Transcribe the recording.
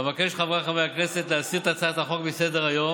אבקש מחבריי חברי הכנסת להסיר את הצעת החוק מסדר-היום